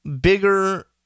bigger